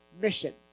mission